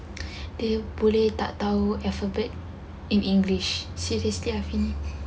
you boleh tak tahu alphabets in english since you still have ini